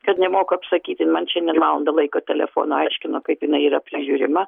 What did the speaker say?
kad nemoku apsakyti man šiandien valandą laiko telefonu aiškino kaip jinai yra prižiūrima